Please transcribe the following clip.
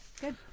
good